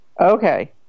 Okay